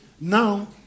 Now